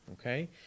okay